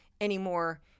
anymore